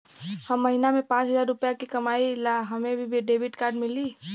हम महीना में पाँच हजार रुपया ही कमाई ला हमे भी डेबिट कार्ड मिली?